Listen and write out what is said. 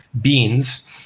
beans